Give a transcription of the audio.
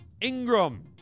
Ingram